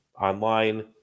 online